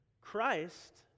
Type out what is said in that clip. Christ